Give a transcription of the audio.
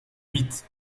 huit